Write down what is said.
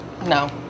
No